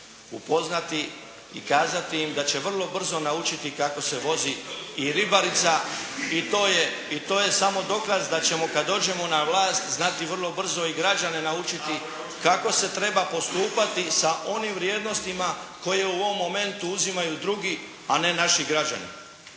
upoznati i kazati im da će vrlo brzo naučiti kako se vozi i ribarica i to je samo dokaz da ćemo kada dođemo na vlast, znati vrlo brzo i građane naučiti kako se treba postupati sa onim vrijednostima koje u ovom momentu uzimaju drugi a ne naši građani.